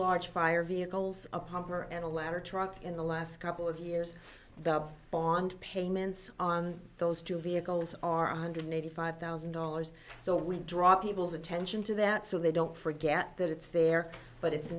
large fire vehicles a pumper and a ladder truck in the last couple of years the bond payments on those two vehicles are one hundred eighty five thousand dollars so we draw people's attention to that so they don't forget that it's there but it's